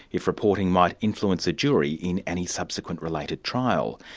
if reporting might influence a jury in any subsequent related trial.